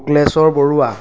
Shukleswar Barua